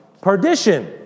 perdition